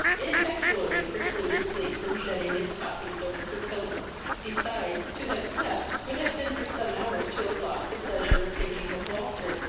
it effectually precluded sleep from shedding its poppies over her pillow besides, to have slept would have been for some hours to have lost the pleasure of thinking of walter.